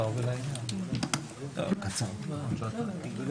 הישיבה ננעלה בשעה 13:40.